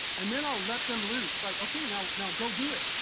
and then i'll let them loose. like, okay, now now go do it.